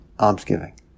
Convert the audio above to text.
almsgiving